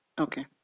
okay